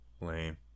lame